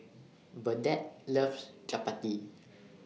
Burdette loves Chapati